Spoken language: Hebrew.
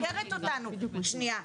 שניה,